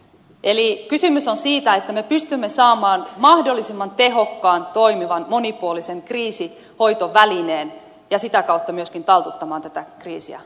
eli kysymys on siitä että me pystymme saamaan mahdollisimman tehokkaan toimivan monipuolisen kriisinhoitovälineen ja sitä kautta myöskin taltuttamaan tätä kriisiä paremmin